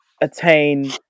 attain